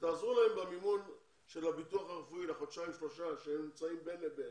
תעזרו להם במימון הביטוח הרפואי לחודשיים-שלושה כשהם נמצאים בין לבין,